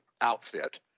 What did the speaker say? outfit